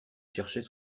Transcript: cherchait